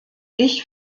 ich